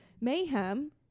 mayhem